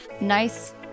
nice